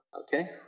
Okay